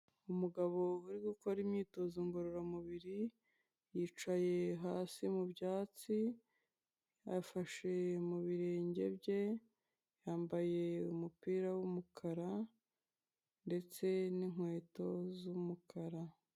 Umugabo uri gukora imyitozo ngororamubiri, yicaye hasi mu byatsi afashe mu birenge bye, yambaye umupira w'umukara ndetse n'inkweto z'umukara.